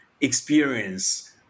experience